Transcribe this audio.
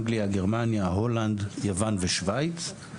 אנגליה, גרמניה, הולנד, יוון ושוויץ.